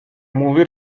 movie